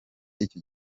icyo